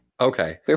Okay